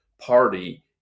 party